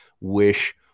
wish